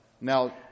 Now